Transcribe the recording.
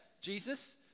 Jesus